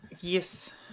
Yes